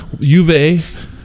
Juve